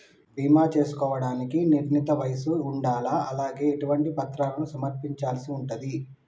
బీమా చేసుకోవడానికి నిర్ణీత వయస్సు ఉండాలా? అలాగే ఎటువంటి పత్రాలను సమర్పించాల్సి ఉంటది?